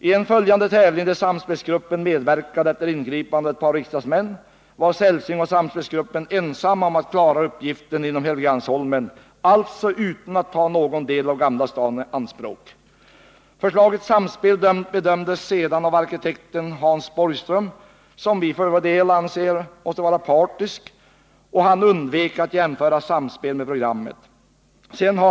Ien följande tävling, där Samspelsgruppen medverkade efter ingripande av ett par riksdagsmän, var Celsing och Samspelsgruppen ensamma om att klara uppgiften inom Helgeandsholmen, alltså utan att ta någon del av Gamla stan i anspråk. Förslaget Samspel bedömdes sedan av arkitekten Hans Borgström, som vi för vår del anser måste vara partisk. Borgström undvek att jämföra Samspel med programmet.